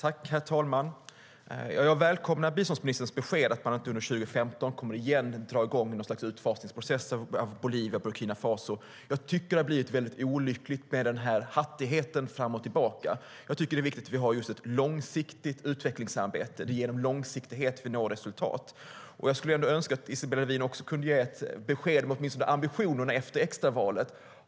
Herr talman! Jag välkomnar biståndsministerns besked att man inte under 2015 åter kommer att dra igång något slags utfasningsprocess för Bolivia och Burkina Faso.Jag skulle önska att Isabella Lövin kunde ge ett besked om åtminstone ambitionerna efter extravalet.